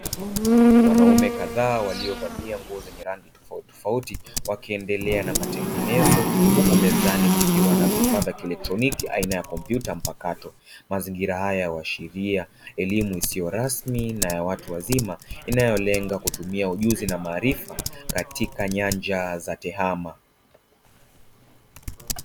Wanaume kadhaa waliovalia nguo zenye rangi tofautitofauti wakiendelea na matengenezo huku mezani kukiwa na vifaa vya kielektroniki aina ya kompyuta mpakato; mazingira haya huashiria elimu isiyo rasmi na ya watu wazima inayolenga kutumia ujuzi na maarifa katika nyanja za TEHAMA.